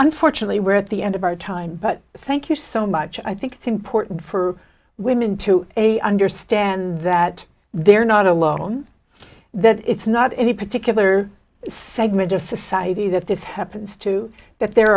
unfortunately we're at the end of our time but thank you so much i think it's important for women to a understand that they're not alone that it's not any particular segment of society that this happens to that there